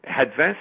advanced